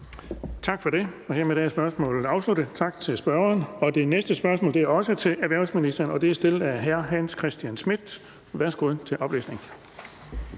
Tak for det. Hermed er spørgsmålet afsluttet. Tak til spørgeren. Det næste spørgsmål er også til erhvervsministeren, og det er stillet af hr. Hans Christian Schmidt. Kl. 19:22 Spm. nr.